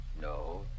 No